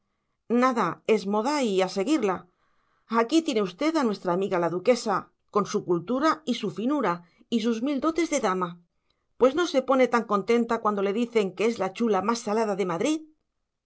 nada es moda y a seguirla aquí tiene usted a nuestra amiga la duquesa con su cultura y su finura y sus mil dotes de dama pues no se pone tan contenta cuando le dicen que es la chula más salada de madrid